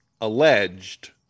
alleged